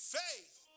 faith